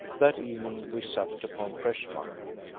that evening we supped upon fresh mutton,